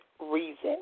reason